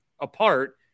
Apart